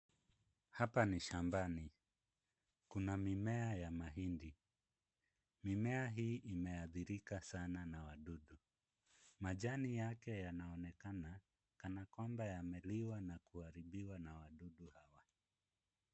Hapa ni shambani. Kuna mimea ya mahindi. Mimea hii imeathirika sana na wadudu. Majani yake yanaonekana kana kwamba yameliwa na kuharibiwa na wadudu hawa.